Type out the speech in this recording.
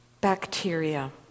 Bacteria